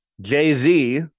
Jay-Z